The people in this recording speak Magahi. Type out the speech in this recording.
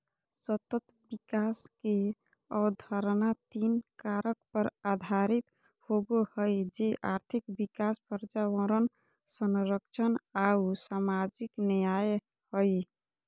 सतत विकास के अवधारणा तीन कारक पर आधारित होबो हइ, जे आर्थिक विकास, पर्यावरण संरक्षण आऊ सामाजिक न्याय हइ